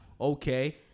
Okay